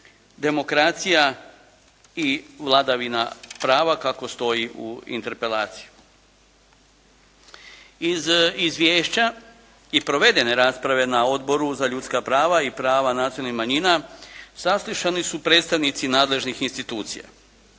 demokracija i vladavina prava kako stoji u interpelaciji. Iz izvješća i provedene rasprave na Odboru za ljudska prava i prava nacionalnih manjina saslušani su predstavnici nadležnih institucija.